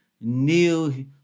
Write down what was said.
new